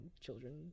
children